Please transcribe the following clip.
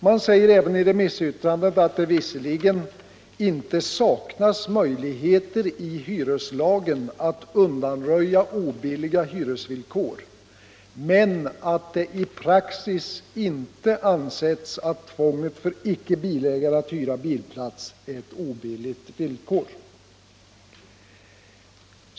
Man säger även i remissyttrandet att det visserligen inte saknas möjligheter i hyreslagen att undanröja obilliga hyresvillkor men att det i praxis inte ansetts att tvånget för icke bilägare att hyra bilplats är ett obilligt villkor.